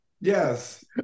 Yes